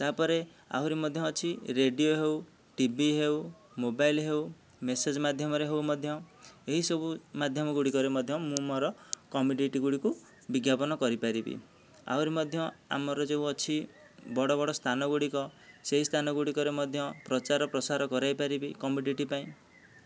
ତାପରେ ଆହୁରି ମଧ୍ୟ ଅଛି ରେଡିଓ ହେଉ ଟି ଭି ହେଉ ମୋବାଇଲ ହେଉ ମେସେଜ୍ ମାଧ୍ୟମରେ ହେଉ ମଧ୍ୟ ଏହିସବୁ ମାଧ୍ୟମଗୁଡ଼ିକରେ ମଧ୍ୟ ମୁଁ ମୋର କମ୍ମୋଡିଟି ଗୁଡ଼ିକୁ ବିଜ୍ଞାପନ କରିପାରିବି ଆହୁରି ମଧ୍ୟ ଆମର ଯେଉଁ ଅଛି ବଡ଼ ବଡ଼ ସ୍ଥାନଗୁଡ଼ିକ ସେହି ସ୍ଥାନଗୁଡ଼ିକରେ ମଧ୍ୟ ପ୍ରଚାର ପ୍ରସାର କରାଇପାରିବି କମ୍ମୋଡିଟି ପାଇଁ